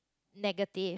negative